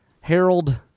Harold